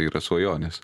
yra svajonės